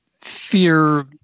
fear